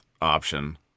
option